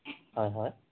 হয় হয়